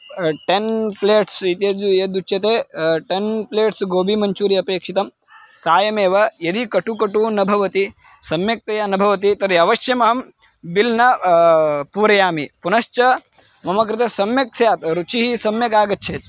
ten plates इत्यद् यद् उच्यते टेन् प्लेट्स् गोबी मञ्चूरि अपेक्षितं सायमेव यदि कटुः कटुः न भवति सम्यक्तया न भवति तर्हि अवश्यमहं बिल् न पूरयामि पुनश्च मम कृते सम्यक् स्यात् रुचिः सम्यक् आगच्छेत्